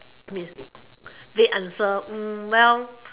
yes vague answer well